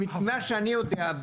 ממה שאני יודע,